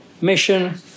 mission